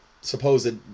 supposed